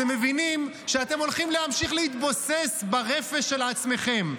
אתם מבינים שאתם הולכים להמשיך להתבוסס ברפש של עצמכם.